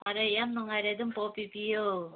ꯐꯔꯦ ꯌꯥꯝ ꯅꯨꯡꯉꯥꯏꯅꯔꯦ ꯑꯗꯨꯝ ꯄꯥꯎ ꯄꯤꯕꯤꯌꯨ